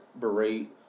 berate